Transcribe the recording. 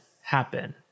happen